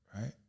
Right